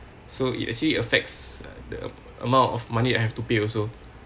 so it actually affects the amount of money I have to pay also